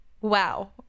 wow